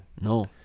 No